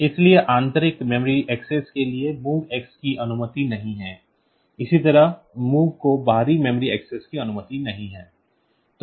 इसलिए आंतरिक memory access के लिए MOVX की अनुमति नहीं है इसी तरह MOV को बाहरी मेमोरी एक्सेस की अनुमति नहीं है